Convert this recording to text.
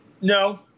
No